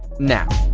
now.